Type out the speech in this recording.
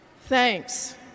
Thanks